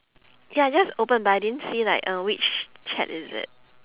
ya just open but I didn't see like uh which chat is it